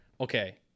Okay